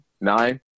nine